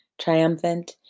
Triumphant